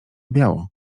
biało